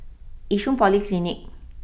Yishun Polyclinic